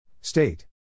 State